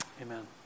amen